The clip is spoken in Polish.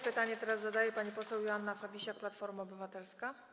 Pytanie teraz zadaje pani poseł Joanna Fabisiak, Platforma Obywatelska.